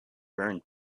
burn